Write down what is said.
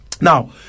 Now